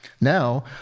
Now